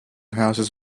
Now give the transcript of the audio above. houses